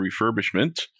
refurbishment